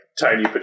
tiny